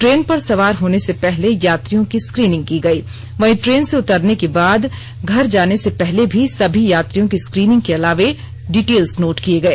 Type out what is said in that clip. train पर संवार होने से पहले यात्रियों की स्क्रीनिंग की गई वही ट्रेन से उतरने के बाद घर जाने से पहले भी समी यात्रियों की स्क्रीनिंग के अलावे डिटेल्स नोट किए गए